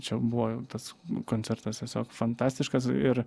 čia buvo tas koncertas tiesiog fantastiškas ir